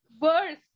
Worse